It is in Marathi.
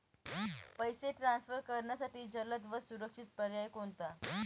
पैसे ट्रान्सफर करण्यासाठी जलद व सुरक्षित पर्याय कोणता?